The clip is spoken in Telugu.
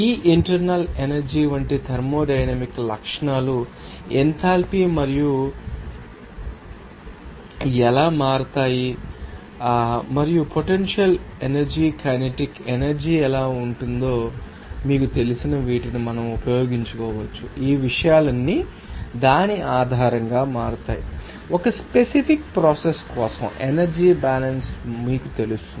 ఈ ఇంటర్నల్ ఎనర్జీ వంటి థర్మోడైనమిక్ లక్షణాలు ఎంథాల్పీ ఎలా మారుతాయి మరియు పొటెన్షియల్ ఎనర్జీ కైనెటిక్ ఎనర్జీ ఎలా ఉంటుందో మీకు తెలిసిన వీటిని మనం ఉపయోగించుకోవచ్చు ఆ విషయాలన్నీ దాని ఆధారంగా మారతాయి ఒక స్పెసిఫిక్ ప్రోసెస్ కోసం ఎనర్జీ బ్యాలన్స్ మీకు తెలుస్తుంది